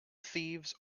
thieves